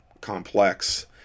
complex